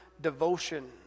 devotion